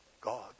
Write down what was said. God